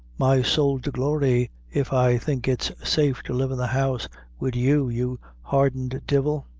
my sowl to glory, if i think its safe to live in the house wid you, you hardened divil.